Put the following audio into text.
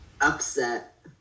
upset